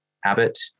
Habit